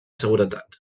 seguretat